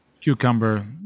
cucumber